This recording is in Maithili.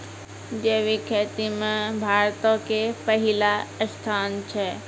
जैविक खेती मे भारतो के पहिला स्थान छै